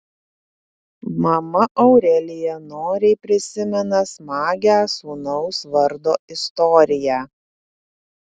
mama aurelija noriai prisimena smagią sūnaus vardo istoriją